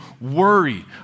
worry